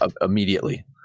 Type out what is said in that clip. immediately